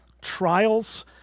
trials